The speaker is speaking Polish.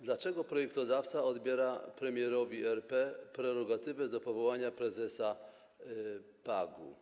Dlaczego projektodawca odbiera premierowi RP prerogatywę do powołania prezesa PAG-u?